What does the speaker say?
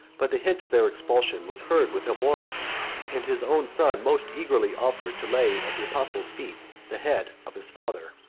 but the hint of their expulsion was heard with abhorrence and his own son most eagerly offered to lay at the apostle's feet the head of his father.